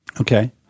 Okay